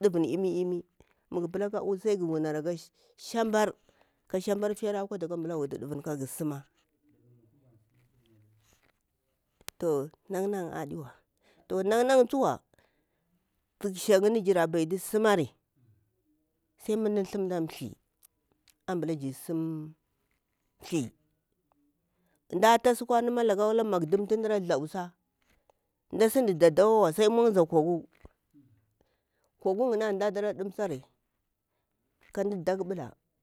ɗuvun imi imi muga pila ka, u sai gu wunari aka shambar ka shambar fera amɓla gu wutu ɗuvun kara suma to nan na adiwa nan na tsu tuksha yinni mu jira betu sumari sai mu mda thamta thi ambla jir betu, amda ta sukwar laka tun makdum tu mda thwasa mdasin daddawa wa sai monza kwagu kwagu yinni antu mda ra dimsari ka mda dakɓula.